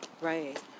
Right